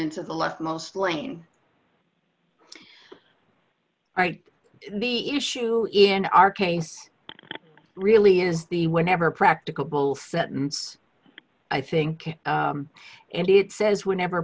into the leftmost lane right the issue in our case really is the whenever practicable sentence i think and it says whenever